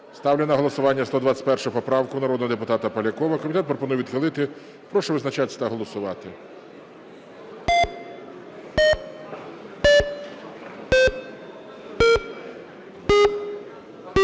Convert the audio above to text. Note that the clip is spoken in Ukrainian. Ставлю на голосування 121 поправку народного депутата Полякова, комітет пропонує відхилити. Прошу визначатися та голосувати.